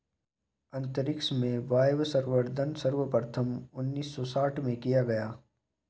अंतरिक्ष में वायवसंवर्धन सर्वप्रथम उन्नीस सौ साठ में किया गया